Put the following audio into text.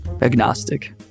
Agnostic